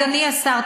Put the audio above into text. אדוני השר,